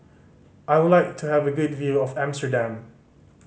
I would like to have a good view of Amsterdam